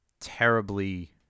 terribly